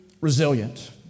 resilient